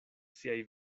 siaj